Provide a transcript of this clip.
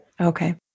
Okay